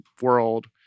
world